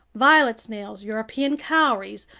violet snails, european cowries,